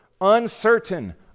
Uncertain